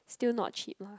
still not cheap lah